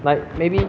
like maybe